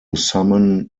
summon